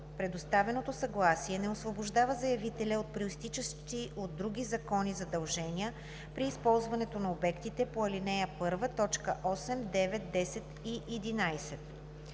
Предоставеното съгласие не освобождава заявителя от произтичащи от други закони задължения при използването на обектите по ал. 1, т.